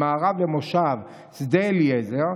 ממערב למושב" שדה אליעזר,